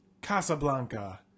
Casablanca